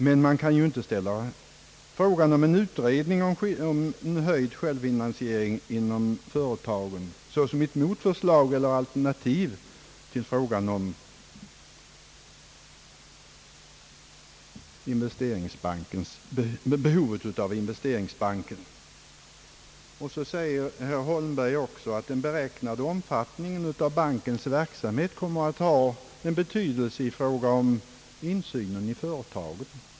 Det går ju inte att ställa förslaget om utredning rörande en höjd självfinansiering inom företagen som ett motförslag eller alternativ till frågan om behovet av investeringsbanken. Herr Holmberg säger att den beräknade omfattningen av bankens verksamhet kommer att ha betydelse när det gäller insynen i ett företag.